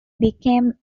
became